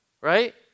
Right